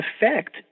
effect